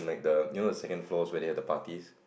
like the you know the second floors where they have the parties